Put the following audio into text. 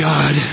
God